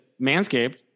Manscaped